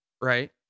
right